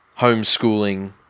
homeschooling